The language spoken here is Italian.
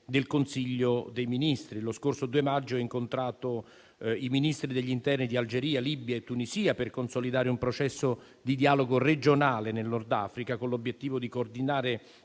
del Consiglio dei ministri. Lo scorso 2 maggio ho incontrato i Ministri dell'interno di Algeria, Libia e Tunisia, per consolidare un processo di dialogo regionale nel Nord Africa con l'obiettivo di coordinare